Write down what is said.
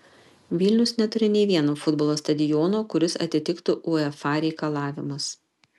vilnius neturi nei vieno futbolo stadiono kuris atitiktų uefa reikalavimus